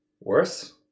worse